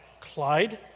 Clyde